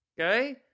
Okay